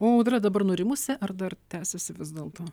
o audra dabar nurimusi ar dar tęsiasi vis dėlto